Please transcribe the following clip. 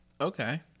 Okay